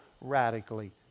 radically